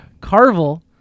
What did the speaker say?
Carvel